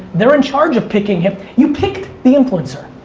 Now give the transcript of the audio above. they're in charge of picking it, you picked the influencer.